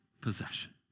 possession